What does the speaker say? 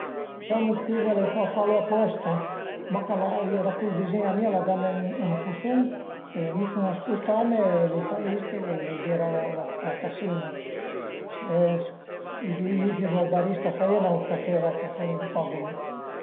Pìu 'na ün föi, vadu ën cartolerìa, më compru ün bietin, magari gia bel e culurà cun i dizegnin, opüra pudrìu pìé anche ün cartuncin bianch e fe mi ün dizegnin e pöi i scrivu magari dë parole për ringrasielu perché magara al avìu fame ën bel regal